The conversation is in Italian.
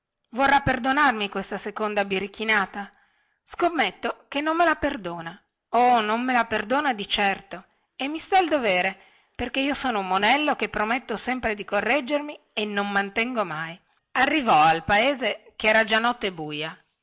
vorrà perdonarmi questa seconda birichinata scommetto che non me la perdona oh non me la perdona di certo e mi sta il dovere perché io sono un monello che prometto sempre di correggermi e non mantengo mai arrivò al paese che era già notte buia